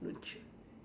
would you